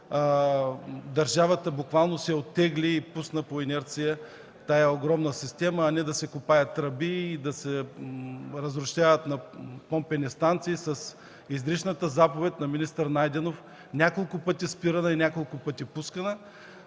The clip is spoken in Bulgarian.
държавата буквално се оттегли и пусна по инерция тази огромна система, а не да се копаят тръби и да се разрушават помпени станции с изричната заповед на министър Найденов – няколко пъти спирана и няколко пъти пускана,